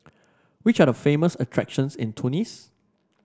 which are the famous attractions in Tunis